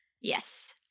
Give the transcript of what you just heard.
Yes